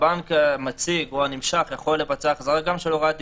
הבנק המציג או הנמשך יכול לבצע החזרה גם של הוראה דיגיטלית.